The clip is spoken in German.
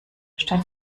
statt